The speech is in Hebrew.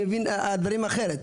אני מבין את הדברים אחרת,